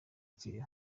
kibeho